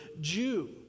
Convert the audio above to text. Jew